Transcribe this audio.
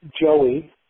Joey